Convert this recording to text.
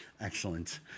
excellent